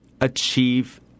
achieve